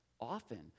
often